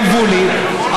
גנבו לי,